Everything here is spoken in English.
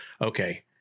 Okay